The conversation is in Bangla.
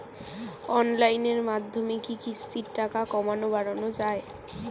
অনলাইনের মাধ্যমে কি কিস্তির টাকা কমানো বাড়ানো যায়?